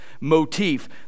motif